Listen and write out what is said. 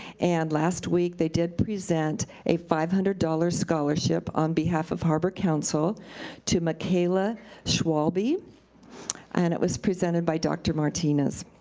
and last week, they did present a five hundred dollar scholarship on behalf of harbor council to michaela schwabe. and it was presented by doctor martinez.